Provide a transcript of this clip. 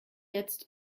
jetzt